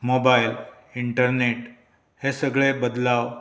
mobile internet हे सगळें बदलाव